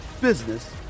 business